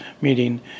meeting